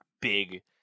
big